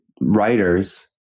writers